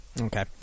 Okay